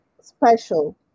special